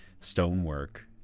stonework